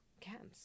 camps